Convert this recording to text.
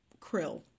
krill